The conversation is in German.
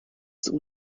zum